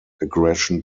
aggression